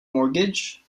mortgage